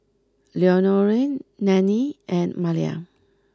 Leonore Nannie and Malia